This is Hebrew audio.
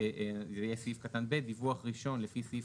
זה יהיה סעיף קטן (ב): "דיווח ראשון לפי סעיף